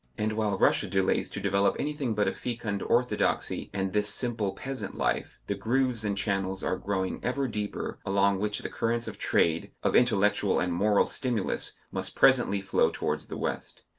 and while russia delays to develop anything but a fecund orthodoxy and this simple peasant life, the grooves and channels are growing ever deeper along which the currents of trade, of intellectual and moral stimulus, must presently flow towards the west.